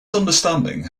understanding